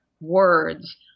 words